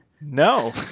no